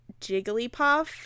Jigglypuff